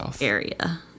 area